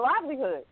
livelihood